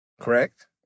Correct